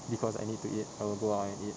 because I need to eat I will go out and eat